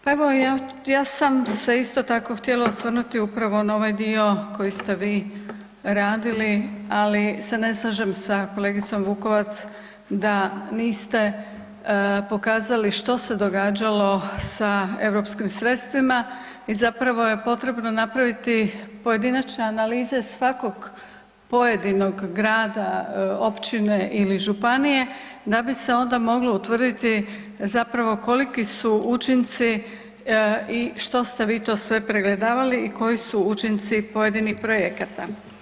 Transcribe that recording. Pa evo, ja, ja sam se isto tako htjela osvrnuti upravo na ovaj dio koji ste vi radili, ali se ne slažem sa kolegicom Vukovac da niste pokazali što se događalo sa europskim sredstvima i zapravo je potrebno napraviti pojedinačne analize svakog pojedinog grada, općine ili županije da bi se onda moglo utvrditi zapravo koliki su učinci i što ste vi to sve pregledavali i koji su učinci pojedinih projekata.